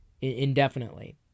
indefinitely